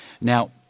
Now